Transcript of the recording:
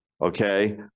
okay